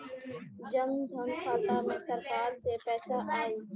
जनधन खाता मे सरकार से पैसा आई?